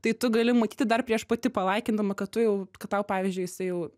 tai tu gali matyti dar prieš pati palaikindama kad tu jau kad tau pavyzdžiui jisai jau